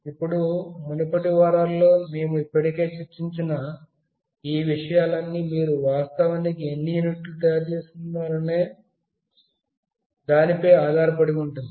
ఇప్పుడు మునుపటి వారాల్లో మేము ఇప్పటికే చర్చించిన ఈ విషయాలన్నీ మీరు వాస్తవానికి ఎన్ని యూనిట్లు తయారు చేస్తున్నారనే దానిపై ఆధారపడి ఉంటుంది